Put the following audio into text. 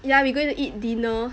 yeah we going to eat dinner